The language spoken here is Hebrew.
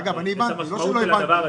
אגב אני הבנתי, לא שלא הבנתי.